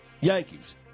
Yankees